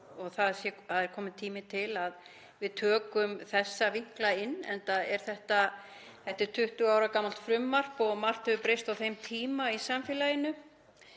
Það er kominn tími til að við tökum þessa vinkla inn, enda er þetta 20 ára gamalt frumvarp og margt hefur breyst á þeim tíma í samfélaginu.